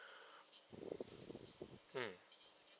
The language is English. mm